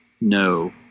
no